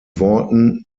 worten